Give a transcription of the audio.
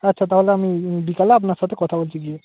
আচ্ছা তাহলে বিকালে আপনার সাথে কথা বলছি গিয়ে